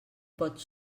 pot